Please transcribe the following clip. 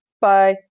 Bye